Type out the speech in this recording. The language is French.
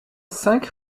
cinq